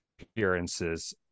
appearances